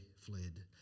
fled